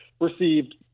received